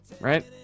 Right